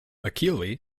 achille